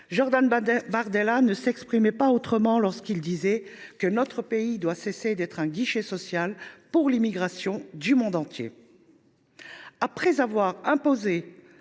Jordan Bardella ne s’exprimait pas autrement lorsqu’il disait que « notre pays doit cesser d’être un guichet social pour l’immigration du monde entier ». Après avoir imposé